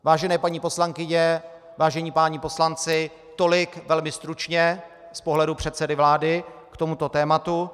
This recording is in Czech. Vážené paní poslankyně, vážení páni poslanci, tolik velmi stručně z pohledu předsedy vlády k tomuto tématu.